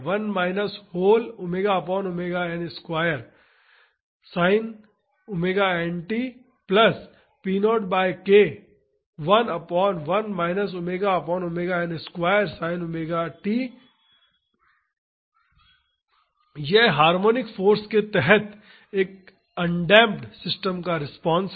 p0 sin 𝜔t or p0 cos 𝜔t यह harmonic force के तहत एक अनडेमप्ड सिस्टम का रिस्पांस है